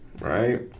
right